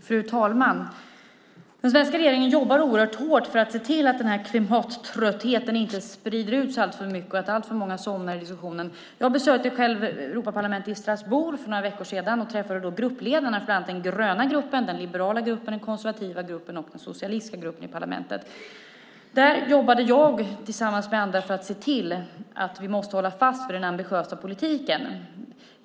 Fru talman! Den svenska regeringen jobbar oerhört hårt för att se till att denna klimattrötthet inte sprider sig alltför mycket och att inte alltför många somnar i diskussionen. Jag besökte Europaparlamentet i Strasbourg för några veckor sedan och träffade då gruppledarna för bland annat den gröna gruppen, den liberala gruppen, den konservativa gruppen och den socialistiska gruppen i parlamentet. Där jobbade jag tillsammans med andra för att se till att vi måste hålla fast vid den ambitiösa politiken.